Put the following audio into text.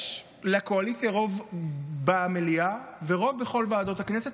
יש לקואליציה רוב במליאה ורוב בכל ועדות הכנסת,